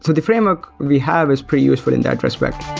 so the framework we have is pretty useful in that respect.